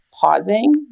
pausing